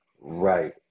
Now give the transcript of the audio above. right